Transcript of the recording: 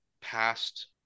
past